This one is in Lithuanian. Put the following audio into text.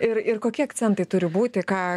ir ir kokie akcentai turi būti ką